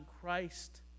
Christ